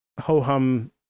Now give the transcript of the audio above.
ho-hum